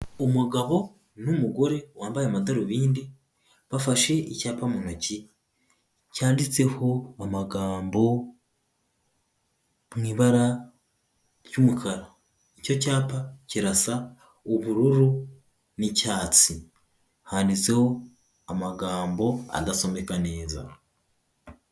Umugabo n'umugore wambaye amadarubindi, bafashe icyapa mu ntoki cyanditseho amagambo mu ibara ry'umukara, icyo cyapa kirasa ubururu n'icyatsi handitseho amagambo adasomeka neza.